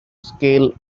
scale